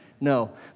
No